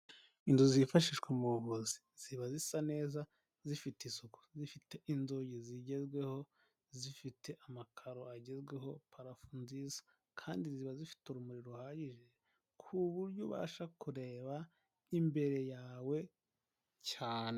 Inzu zifashishwa mu buvuzi ziba zisa neza zifite isuku, zifite inzugi zigezweho, zifite amakaro agezweho, parafo nziza kandi ziba zifite urumuri ruhagije, ku buryo ubasha kureba imbere yawe cyane.